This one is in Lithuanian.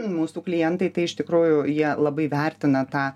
mūsų klientai tai iš tikrųjų jie labai vertina tą